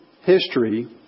history